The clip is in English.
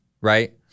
right